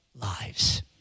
lives